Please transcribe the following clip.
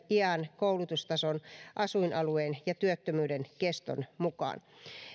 iän koulutustason asuinalueen ja työttömyyden keston mukaan